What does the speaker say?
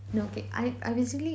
no~ okay I I recently